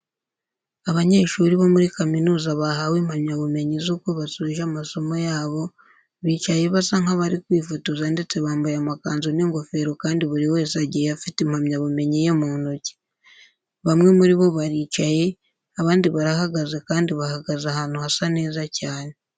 Abanyeshuri bo muri kaminuza bahawe impamyabumenyi z'uko basoje amasomo yabo, bicaye basa nk'abari kwifotoza ndetse bambaye amakanzu n'ingofero kandi buri wese agiye afite impamyabumenyi ye mu ntoki. Bamwe muri bo baricaye, abandi barahagaze kandi bahagaze ahantu hasa neza cyane.